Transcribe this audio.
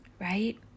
right